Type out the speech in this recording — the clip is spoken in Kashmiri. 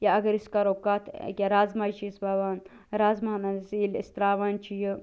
یا اگر أسۍ کَرو کتھ ٲں أکہِ رازمہ حظ چھِ أسۍ وۄوان رازمہ ہن حظ ییٚلہِ أسۍ ترٛاوان چھِ یہِ